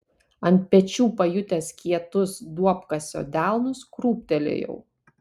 ant pečių pajutęs kietus duobkasio delnus krūptelėjau